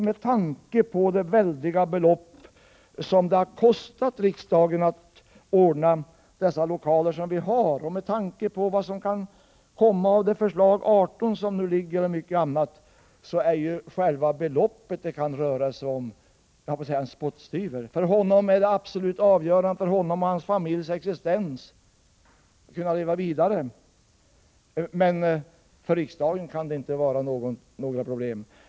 Med tanke på de väldiga belopp som det har kostat riksdagen att ställa i ordning de lokaler som vi nu har och med tanke på vad som kan komma av förslag 18 är själva ersättningsbeloppet till Olof af Forselles en spottstyver. För honom och för hans familjs existens är detta absolut avgörande, men för riksdagen kan det inte vara något problem.